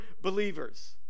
believers